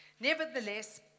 Nevertheless